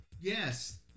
Yes